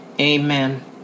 Amen